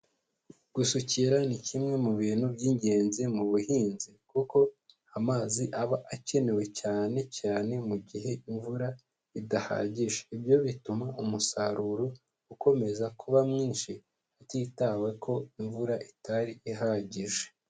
Gusukira ni kimwe mu bintu by'ingenzi mu buhinzi, kuko amazi aba akenewe cyane cyane mu gihe imvura idahagije, ibyo bituma umusaruro ukomeza kuba mwinshi hatitawe ko imvura itari ihagije.